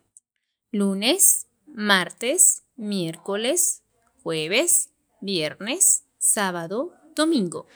lunes, martes, miércoles, jueves, viernes, sábado, domingo